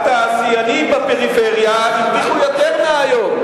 התעשיינים בפריפריה הרוויחו יותר מהיום.